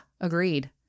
Agreed